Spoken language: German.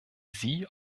sie